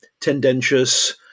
tendentious